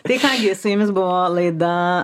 tai ką gi su jumis buvo laida